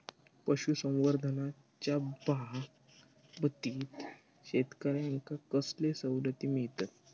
पशुसंवर्धनाच्याबाबतीत शेतकऱ्यांका कसले सवलती मिळतत?